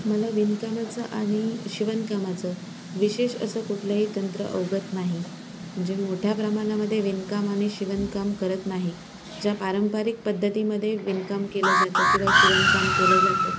मला विणकामाचं आणि शिवणकामाचं विशेष असं कुठलंही तंत्र अवगत नाही म्हणजे मोठ्या प्रमाणामध्ये विणकाम आणि शिवणकाम करत नाही ज्या पारंपरिक पद्धतीमध्ये विणकाम केलं जातं किंवा शिवणकाम केलं जातं